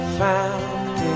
found